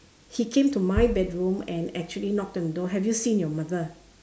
he came to my bedroom and actually knocked on the door have you seen your mother